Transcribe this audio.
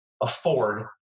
afford